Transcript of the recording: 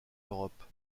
europe